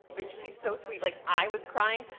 and she's so sweet. like i was crying,